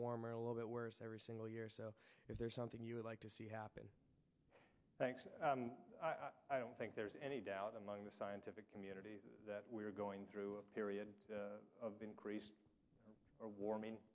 warmer a little bit worse every single year so is there something you would like to see happen thanks i don't think there's any doubt among the scientific community that we are going through a period of increased or warming